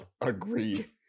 Agreed